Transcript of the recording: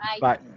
Bye